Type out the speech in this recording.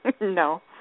No